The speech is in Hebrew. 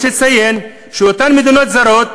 יש לציין שאותן מדינות זרות,